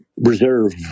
reserve